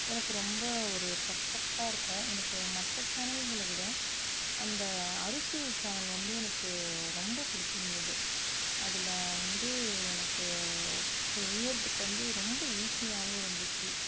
எனக்கு ரொம்ப ஒரு பெர்ஃபெக்ட்டாக இருக்கும் எனக்கு மற்ற சேனல்ங்களை விட அந்த அறுசுவை சேனல் வந்து எனக்கு ரொம்ப புடிச்சிருந்துது அதில் வந்து எனக்கு செய்கிறதுக்கு வந்து ரொம்ப ஈஸியாகவும் இருந்துச்சு